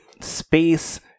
space